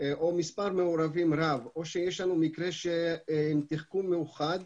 או מספר מעורבים רב או שיש לנו מקרה של תחכום מיוחד,